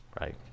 Right